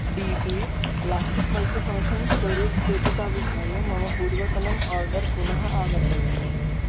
D P plastic multifunction storage पेटिका विहाय मम पूर्वतनम् आर्डर् पुनः आवर्तय